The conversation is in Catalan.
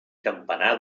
campanar